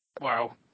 Wow